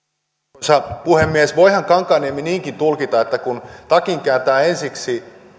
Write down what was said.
arvoisa puhemies voihan kankaanniemi niinkin tulkinta että kun takin kääntää ensiksi